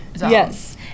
Yes